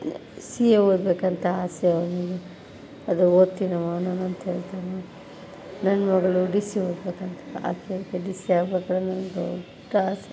C A ಓದಬೇಕಂತ ಆಸೆ ಅವನಿಗೆ ಅದು ಓದ್ತೀನಮ್ಮ ನಾನು ಅಂತ ಹೇಳ್ತಾನೆ ನನ್ನ ಮಗಳು ಡಿ ಸಿ ಓದಬೇಕಂತ ಆಸೆ ಇದೆ ಡಿ ಸಿ ಆಗಬೇಕನ್ನೊ ಒಂದು ದೊಡ್ಡ ಆಸೆ